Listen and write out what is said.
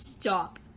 stop